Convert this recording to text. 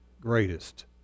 greatest